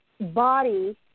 body